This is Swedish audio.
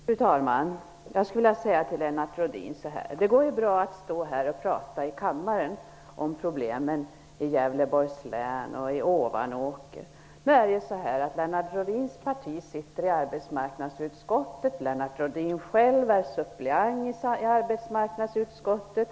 Fru talman! Jag skulle vilja säga till Lennart Rohdin att det går bra att stå i kammaren och prata om problemen i Gävleborgs län och i Ovanåker. Men Lennart Rohdins parti är faktiskt representerat i arbetsmarknadsutskottet. Lennart Rohdin är själv suppleant i arbetsmarknadsutskottet.